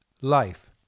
life